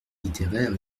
littéraires